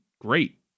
great